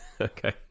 Okay